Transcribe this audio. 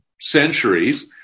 centuries